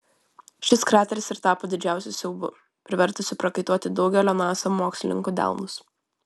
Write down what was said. šis krateris ir tapo didžiausiu siaubu privertusiu prakaituoti daugelio nasa mokslininkų delnus